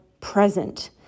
present